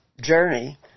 journey